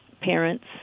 parents